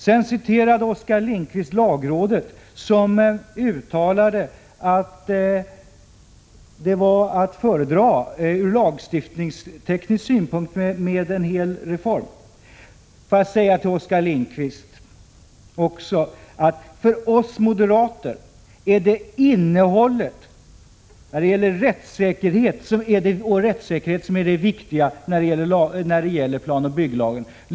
Sedan citerade Oskar Lindkvist lagrådet, som uttalat att en hel reform var att föredra från lagteknisk synpunkt. Får jag då också säga till Oskar Lindkvist att för oss moderater är det innehållet och rättssäkerheten som är det viktiga när det gäller planoch bygglagen.